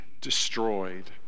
destroyed